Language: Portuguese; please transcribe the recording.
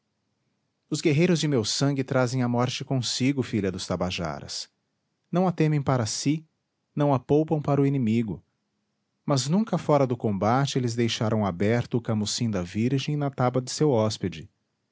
os guerreiros de meu sangue trazem a morte consigo filha dos tabajaras não a temem para si não a poupam para o inimigo mas nunca fora do combate eles deixarão aberto o camucim da virgem na taba de seu hóspede